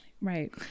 Right